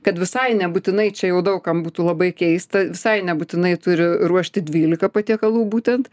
kad visai nebūtinai čia jau daug kam būtų labai keista visai nebūtinai turi ruošti dvylika patiekalų būtent